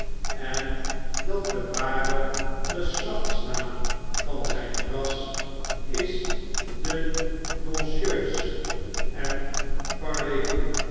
en dat de ware geslachtsnaam van zp ras is de mosjeus of